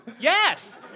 Yes